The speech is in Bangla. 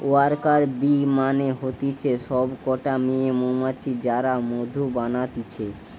ওয়ার্কার বী মানে হতিছে সব কটা মেয়ে মৌমাছি যারা মধু বানাতিছে